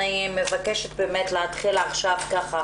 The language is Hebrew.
מעתה נצטרך להצטמצם,